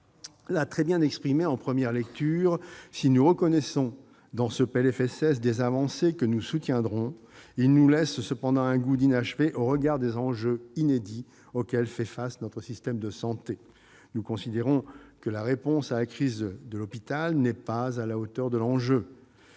l'a très bien dit en première lecture -, si nous reconnaissons, dans ce PLFSS, des avancées que nous soutiendrons, ce texte nous laisse cependant un goût d'inachevé au regard des enjeux inédits auxquels fait face notre système de santé. Nous considérons que la réponse donnée à la crise de l'hôpital n'est pas à la hauteur des enjeux.